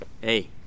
Hey